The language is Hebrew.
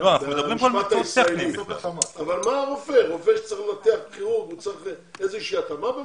אבל רופא כירורג צריך איזושהי התאמה?